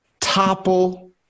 topple